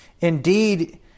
Indeed